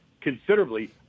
considerably